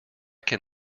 can